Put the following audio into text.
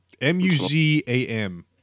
M-U-Z-A-M